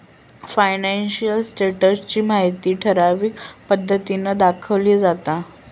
financial status ची माहिती ठराविक पद्धतीन दाखवली जाता